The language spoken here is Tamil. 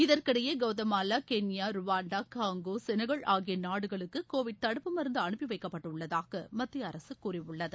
இதற்கிடையே Guatemala Kenya Rwanda Congo Senegal ஆகிய நாடுகளுக்கு கோவிட் தடுப்பு மருந்து அனுப்பி வைக்கப்பட்டுள்ளதாக மத்திய அரசு கூறியுள்ளது